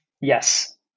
Yes